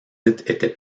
étaient